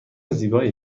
زیبایی